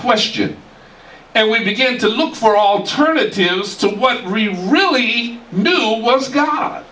question and we begin to look for alternatives to what really really knew what was god